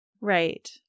Right